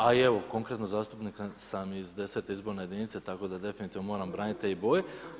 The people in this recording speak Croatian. A i evo, konkretno zastupnik sam iz 10. izborne jedinice, tako da definitivno moram braniti te boje.